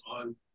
on